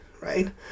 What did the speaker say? right